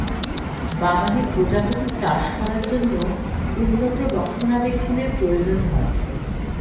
বাগানে প্রজাপতি চাষ করার জন্য উন্নত রক্ষণাবেক্ষণের প্রয়োজন হয়